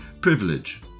privilege